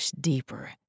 deeper